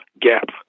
gap